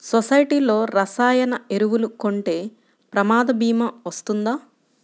సొసైటీలో రసాయన ఎరువులు కొంటే ప్రమాద భీమా వస్తుందా?